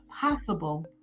possible